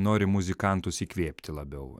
nori muzikantus įkvėpti labiau